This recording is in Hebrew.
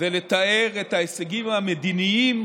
ולתאר את ההישגים המדיניים